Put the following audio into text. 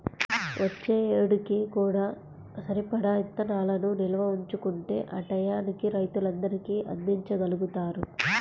వచ్చే ఏడుకి కూడా సరిపడా ఇత్తనాలను నిల్వ ఉంచుకుంటేనే ఆ టైయ్యానికి రైతులందరికీ అందిచ్చగలుగుతారు